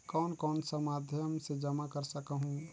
कौन कौन सा माध्यम से जमा कर सखहू?